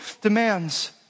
demands